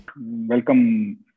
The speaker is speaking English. Welcome